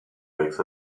makes